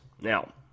Now